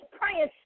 praying